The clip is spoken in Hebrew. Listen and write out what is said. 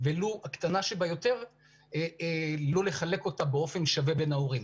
ולו הקטנה ביותר לא לחלק אותן באופן שווה בין ההורים.